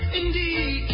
indeed